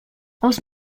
els